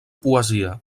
poesia